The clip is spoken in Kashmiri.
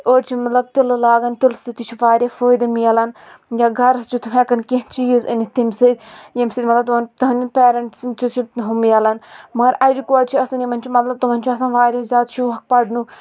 أڈۍ چھ مَطلَب تِلہٕ لاگان تِلہٕ سٟتۍ تہِ چھ واریاہ فٲیِدٕ مِلان یا گَرَس چھ ہؠکان کینٛہہ چِیٖز أنِتھ تمہِ سٟتۍ ییٚمہِ سٟتۍ مَطلَب تِمَن تَہنٛدِؠن پیرَنٹسَن تہِ چھ ہُہ مِلان مَگر اَجہِ کورِ چھ آسان یِمَن چھ مَطلَب تِمَن چھ واریاہ زِیادٕ شوق پَرنُک